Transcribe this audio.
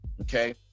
Okay